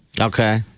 Okay